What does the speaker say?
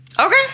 Okay